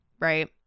right